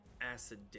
Acid